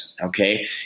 Okay